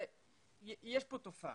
יש פה תופעה,